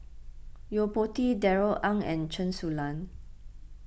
Yo Po Tee Darrell Ang and Chen Su Lan